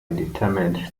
indeterminate